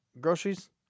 groceries